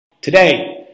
today